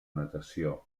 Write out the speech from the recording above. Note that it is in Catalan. natació